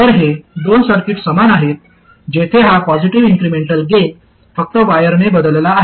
तर हे दोन सर्किट समान आहेत जेथे हा पॉजिटीव्ह इन्क्रिमेंटल गेन फक्त वायरने बदलला आहे